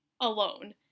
alone